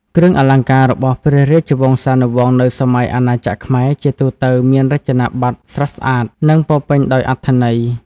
គ្រឿងអលង្ការរបស់ព្រះរាជវង្សានុវង្សនៅសម័យអាណាចក្រខ្មែរ ជាទូទៅ មានរចនាប័ទ្មស្រស់ស្អាត និងពោរពេញដោយអត្ថន័យ។